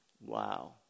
Wow